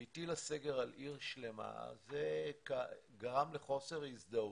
הטילה סגר על עיר שלמה, זה גרם לחוסר הזדהות,